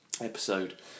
episode